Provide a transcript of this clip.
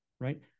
Right